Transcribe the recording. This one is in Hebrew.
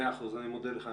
מאה אחוז, אני מודה לך.